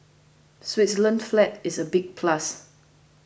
Switzerland's flag is a big plus